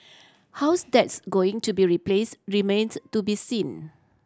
how that's going to be replaced remains to be seen